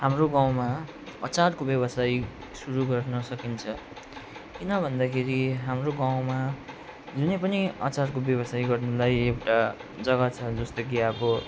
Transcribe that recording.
हाम्रो गाउँमा अचारको व्यवसाय सुरु गर्न सकिन्छ किन भन्दाखेरि हाम्रो गाउँमा जुनै पनि अचारको व्यवसाय गर्नुलाई एउटा जग्गा छ जस्तो कि अब